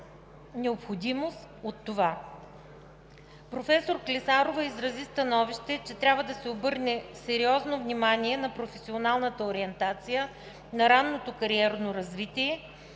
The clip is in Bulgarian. необходимост от това.